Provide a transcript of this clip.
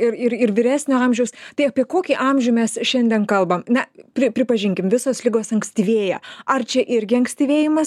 ir ir ir vyresnio amžiaus tai apie kokį amžių mes šiandien kalbam ne pri pripažinkim visos ligos ankstyvėja ar čia irgi ankstyvėjimas